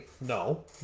no